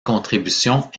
contributions